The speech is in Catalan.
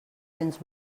cents